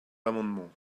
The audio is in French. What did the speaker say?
l’amendement